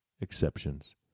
exceptions